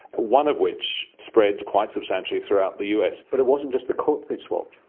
one of which spread quite substantially throughout the us. but it wasn't just the coat they'd swapped.